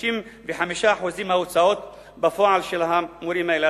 מ-35% מההוצאות בפועל של המורים האלה.